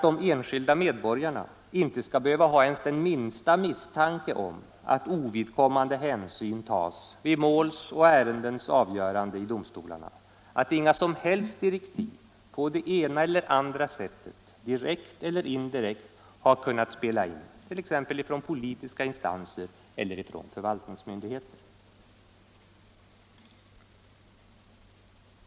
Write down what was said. De enskilda medborgarna skall inte behöva ha ens den minsta misstanke om att ovidkommande hänsyn tas vid måls och ärendens avgörande i domstolarna, att inga som helst direktiv på det ena eller andra sättet direkt eller indirekt skall kunna spela in från t.ex. politiska instanser eller förvaltningsmyndigheter.